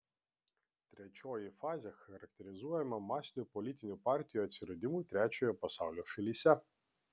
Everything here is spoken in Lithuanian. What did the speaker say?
trečioji fazė charakterizuojama masinių politinių partijų atsiradimu trečiojo pasaulio šalyse